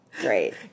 Great